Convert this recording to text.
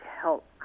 help